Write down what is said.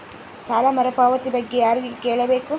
ಸಾಲ ಮರುಪಾವತಿ ಬಗ್ಗೆ ಯಾರಿಗೆ ಕೇಳಬೇಕು?